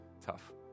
tough